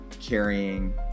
carrying